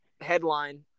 headline